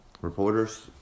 reporters